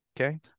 Okay